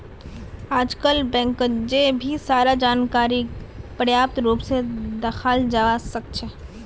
आजकल बैंकत जय भी सारा जानकारीक प्रत्यक्ष रूप से दखाल जवा सक्छे